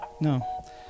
No